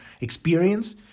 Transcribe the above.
experience